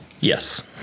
Yes